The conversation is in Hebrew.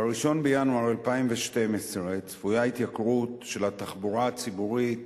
ב-1 בינואר 2012 צפויה התייקרות של תעריפי התחבורה הציבורית